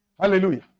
Hallelujah